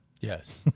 Yes